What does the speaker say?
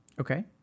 Okay